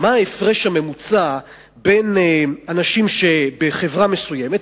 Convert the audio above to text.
מה ההפרש הממוצע בין אנשים בחברה מסוימת,